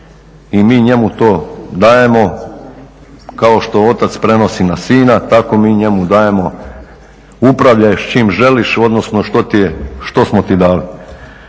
i mi njemu to dajemo kao što otac prenosi na sina, tako mi njemu dajemo upravljaj s čim želiš, odnosno što smo ti dali.